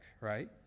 right